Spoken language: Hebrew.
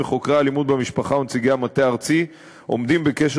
וחוקרי האלימות במשפחה ונציגי המטה הארצי עומדים בקשר